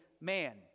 man